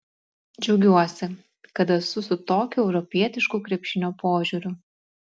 džiaugiuosi kad esu su tokiu europietišku krepšinio požiūriu